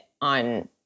on